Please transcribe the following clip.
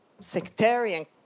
sectarian